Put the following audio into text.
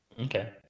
Okay